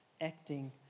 acting